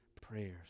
prayers